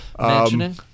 mentioning